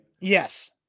Yes